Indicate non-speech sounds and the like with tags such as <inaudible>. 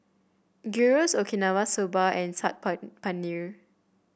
Gyros Okinawa Soba and Saag <unintelligible> Paneer